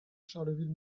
charleville